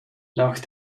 nach